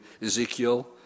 Ezekiel